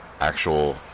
actual